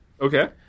Okay